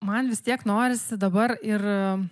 man vis tiek norisi dabar ir